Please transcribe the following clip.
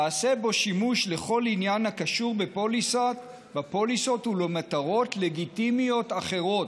תעשה בו שימוש לכל עניין הקשור בפוליסות ולמטרות לגיטימיות אחרות,